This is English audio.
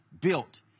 built